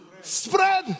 spread